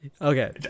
Okay